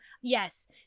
yes